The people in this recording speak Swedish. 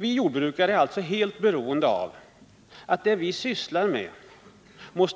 Vi jordbrukare är helt beroende av att det vi sysslar med